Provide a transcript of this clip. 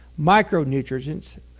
micronutrients